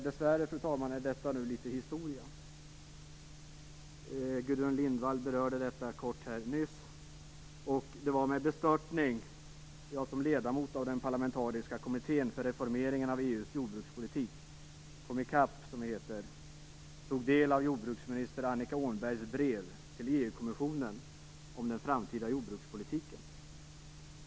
Dess värre är detta nu litet historia. Gudrun Lindvall berörde nyss detta kortfattat. Det var med bestörtning som jag som ledamot av den parlamentariska kommittén för reformeringen av EU:s jordbrukspolitik tog del av jordbruksminister Annika Åhnbergs brev till EU-kommissionen om den framtida jordbrukspolitiken.